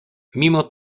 mimo